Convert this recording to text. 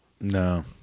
No